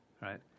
right